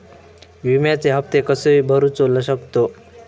विम्याचे हप्ते कसे भरूचो शकतो?